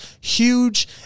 huge